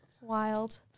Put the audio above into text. Wild